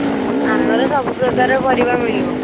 ଆମର ସବୁପ୍ରକାର ପରିବା ମିଳିବ